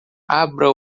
abra